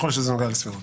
ככל שזה נוגע לסבירות.